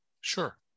Sure